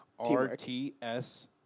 RTS